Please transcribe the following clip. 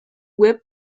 web